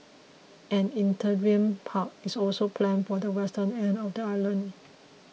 an interim park is also planned for the western end of the island